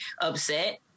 upset